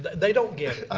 they don't get it. i